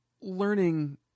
learning